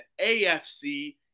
AFC